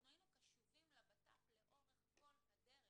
אנחנו היינו קשובים לבט"פ לאורך כל הדרך,